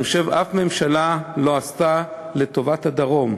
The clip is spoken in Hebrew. חושב שאף ממשלה לא עשתה לטובת הדרום.